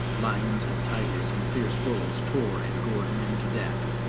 lions and tigers, and fierce bulls tore and gored men to death,